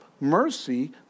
mercy